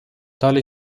tale